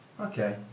Okay